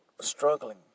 struggling